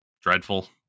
dreadful